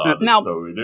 Now